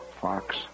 fox